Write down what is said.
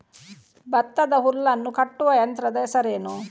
ಭತ್ತದ ಹುಲ್ಲನ್ನು ಕಟ್ಟುವ ಯಂತ್ರದ ಹೆಸರೇನು?